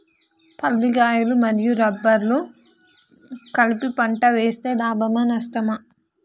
పల్లికాయలు మరియు బబ్బర్లు కలిపి పంట వేస్తే లాభమా? నష్టమా?